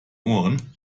ohren